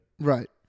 Right